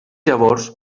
llavors